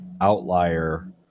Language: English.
outlier